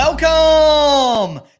Welcome